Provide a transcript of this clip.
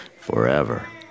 forever